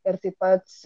ir taip pat